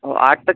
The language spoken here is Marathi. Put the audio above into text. हो आठ टक्के